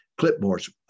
Clipboards